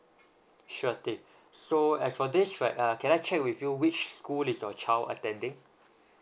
sure thing so as for this right uh can I check with you which school is your child attending